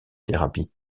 thérapie